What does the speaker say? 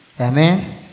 Amen